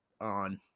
on